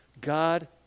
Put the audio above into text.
God